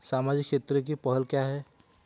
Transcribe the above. सामाजिक क्षेत्र की पहल क्या हैं?